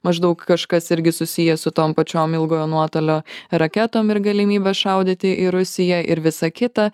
maždaug kažkas irgi susiję su tom pačiom ilgojo nuotolio raketom ir galimybe šaudyti į rusiją ir visa kita